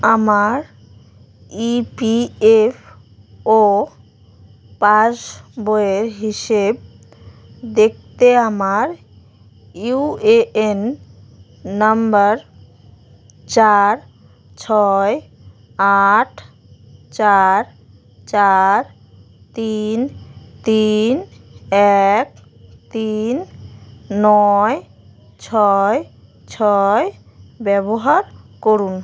আমার ইপিএফও পাসবইয়ের হিসেব দেখতে আমার ইউএএন নম্বর চার ছয় আট চার চার তিন তিন এক তিন নয় ছয় ছয় ব্যবহার করুন